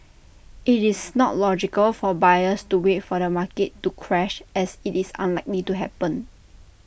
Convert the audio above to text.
IT is not logical for buyers to wait for the market to crash as IT is unlikely to happen